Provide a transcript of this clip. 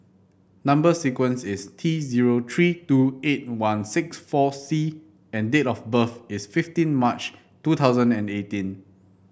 number sequence is T zero three two eight one six four C and date of birth is fifteen March two thousand and eighteen